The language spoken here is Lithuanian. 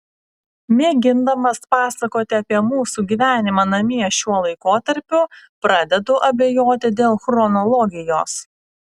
mėgindamas pasakoti apie mūsų gyvenimą namie šiuo laikotarpiu pradedu abejoti dėl chronologijos